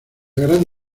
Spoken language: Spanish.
gran